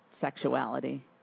sexuality